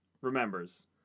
remembers